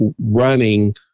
running